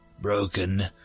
broken